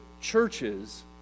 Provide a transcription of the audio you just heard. churches